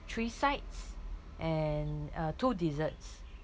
three sides and uh two desserts